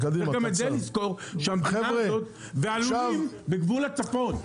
צריך גם את זה לזכור, שהלולים בגבול הצפון.